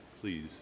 Please